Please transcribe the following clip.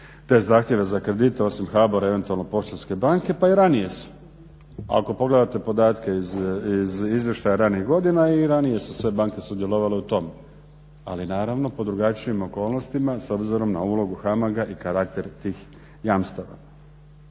te zahtjeve za kredite osim HBOR-a i eventualno Poštanske banke pa i ranije su. Ako pogledate podatke iz izvještaja ranijih godina i ranije su sve banke sudjelovale u tome, ali naravno pod drugačijim okolnostima s obzirom na ulogu HAMAG-a i karaktera tih jamstava.